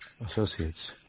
associates